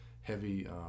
heavy